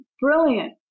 brilliant